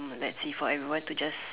let's see for everyone to just